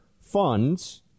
funds